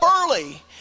early